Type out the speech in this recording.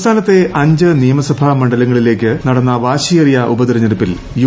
സംസ്ഥാനത്തെ അഞ്ച് നിയമസഭാ മണ്ഡലങ്ങളിലേക്ക് നടന്ന വാശിയേറിയ ഉപതെരഞ്ഞെടുപ്പിൽ യു